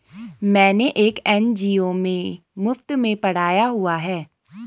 मैंने एक एन.जी.ओ में मुफ़्त में पढ़ाया हुआ है